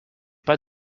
pas